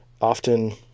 often